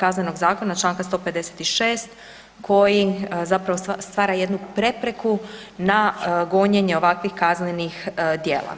Kaznenog zakona, čl. 156. koji zapravo stvara jednu prepreku na gonjenje ovakvih kaznenih djela.